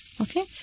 Okay